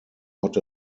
hot